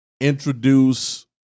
introduce